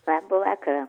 labą vakarą